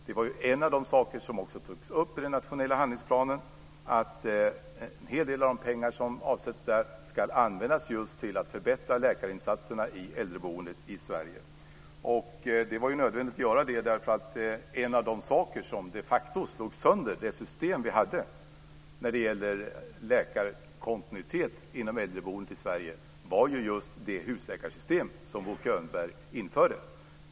Det var en av de saker som också togs upp i den nationella handlingsplanen; att en hel del av de pengar som avsätts där ska användas just till att förbättra läkarinsatserna i äldreboendet i Det var ju nödvändigt att göra det, för en av de saker som faktiskt slog sönder det system vi hade när det gäller läkarkontinuiteten inom äldreboendet i Sverige var ju just det husläkarsystem som Bo Könberg var med om att införa.